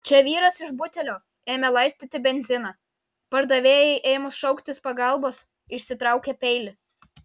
čia vyras iš butelio ėmė laistyti benziną pardavėjai ėmus šauktis pagalbos išsitraukė peilį